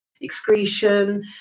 excretion